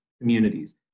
communities